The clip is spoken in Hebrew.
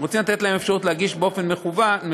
רוצים לתת להם אפשרות להגיש באופן מקוון,